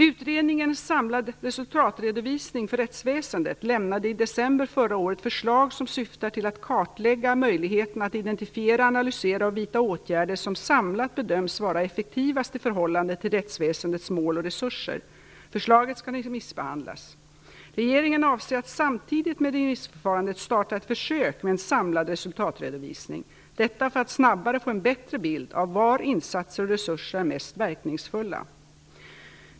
Utredningen En samlad resultatredovisning för rättsväsendet lämnade i december förra året förslag som syftar till att klarlägga möjligheterna att identifiera, analysera och vidta åtgärder som samlat bedöms vara effektivast i förhållande till rättsväsendets mål och resurser. Förslagen skall remissbehandlas. Regeringen avser att samtidigt med remissförfarandet starta ett försök med en samlad resultatredovisning, detta för att snabbare få en bättre bild av var insatser och resurser är mest verkningsfulla.